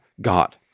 God